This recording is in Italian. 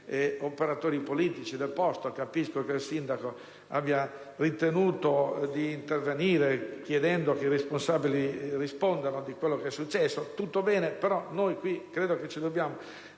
operatori politici del posto. Capisco che il Sindaco abbia ritenuto di intervenire, chiedendo che i responsabili rispondano di quanto è successo. Tutto bene, però credo che ci dobbiamo